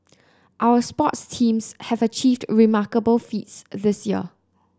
our sports teams have achieved remarkable feats this year